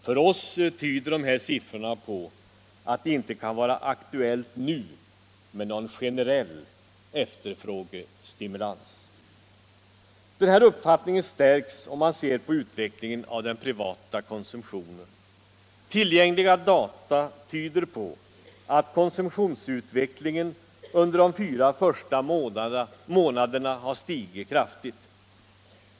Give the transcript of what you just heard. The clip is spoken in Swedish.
För oss tyder dessa siffror på att det inte kan vara aktuellt med en generell efterfrågestimulans. Denna uppfattning stärks om man ser på utvecklingen av den privata konsumtionen. Tillgängliga data tyder på att konsumtionsutvecklingen under de fyra första månaderna stigit kraftigt.